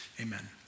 amen